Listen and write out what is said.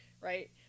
Right